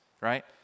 Right